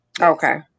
Okay